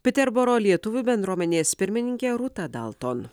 peterboro lietuvių bendruomenės pirmininkė rūta dalton